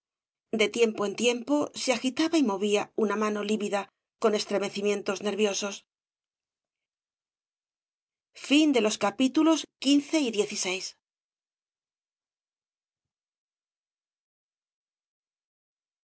de tiempo en tiempo se agitaba y movía una mano lívid con estremecimientos nerviosos memorias